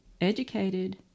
educated